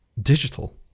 digital